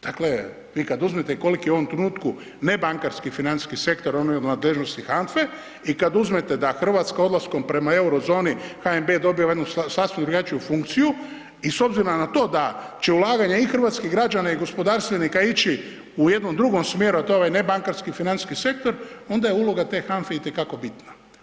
Dakle, vi kad uzmete koliki u ovom trenutku nebankarski financijski sektor, on je u nadležnosti HANFA-e i kad uzmete da Hrvatska odlaskom prema Eurozoni HNB je dobio jednu sasvim drugačiju funkciju i s obzirom na to da će i ulaganja i hrvatskih građana i gospodarstvenika ići u jednom drugom smjeru, a to je ovaj nebankarski financijski sektor, onda je uloga te HANFA-e itekako bitna.